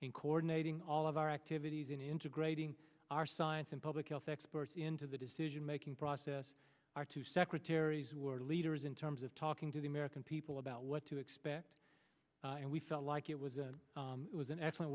in coordinating all of our activities in integrating our science and public health experts into the decision making process our two secretaries were leaders in terms of talking to the american people about what to expect and we felt like it was a it was an excellent